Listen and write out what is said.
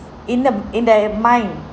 in the in the mind